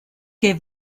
que